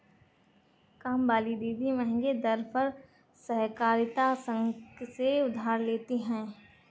कामवाली दीदी महंगे दर पर सहकारिता संघ से उधार लेती है